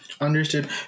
Understood